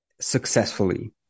successfully